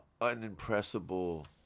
unimpressible